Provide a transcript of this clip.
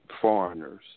foreigners